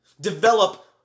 develop